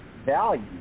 value